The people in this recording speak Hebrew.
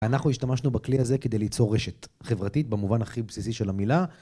אנחנו השתמשנו בכלי הזה כדי ליצור רשת חברתית במובן הכי בסיסי של המילה